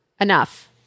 Enough